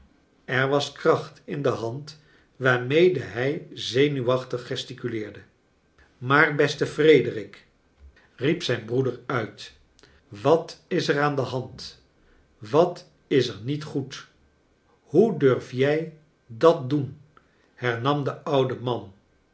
er was kracht in de hand waarmede hij zenuwachtig gesticuleerde maar beste frederik i riep zijn broeder uit wat is er aan de hand wat is er niet goed hoe durf jij dat doen hernam de oude man